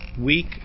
weak